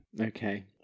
Okay